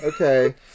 Okay